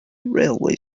railway